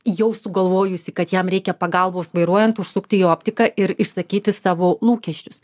jau sugalvojusį kad jam reikia pagalbos vairuojant užsukti į optiką ir išsakyti savo lūkesčius